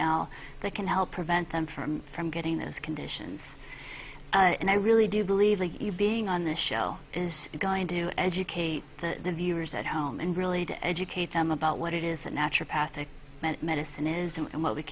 now that can help prevent them from from getting those conditions and i really do believe that you being on the show is going to do educate the viewers at home and really to educate them about what it is a natural path i meant medicine is and what we